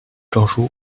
证书